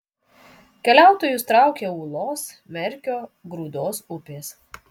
keliautojus traukia ūlos merkio grūdos upės